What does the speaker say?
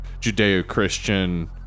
judeo-christian